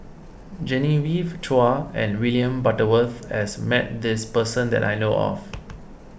Genevieve Chua and William Butterworth has met this person that I know of